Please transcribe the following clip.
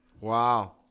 Wow